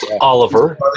Oliver